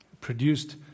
produced